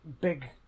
big